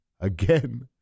Again